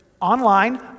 online